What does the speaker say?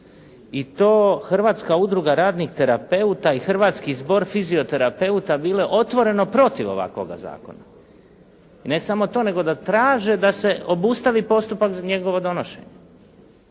i to Hrvatska udruga radnih terapeuta i hrvatski zbor fizioterapeuta bile otvoreno protiv ovakvoga zakona. I ne samo to, nego da traže da se obustavi postupak za njegovo donošenje.